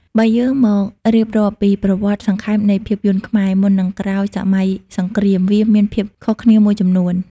បើយើងមករៀបរាប់ពីប្រវត្តិសង្ខេបនៃភាពយន្តខ្មែរ មុននិងក្រោយសម័យសង្គ្រាម វាមានភាពខុសគ្នាមួយចំនួន។